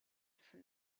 from